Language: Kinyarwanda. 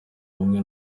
bumwe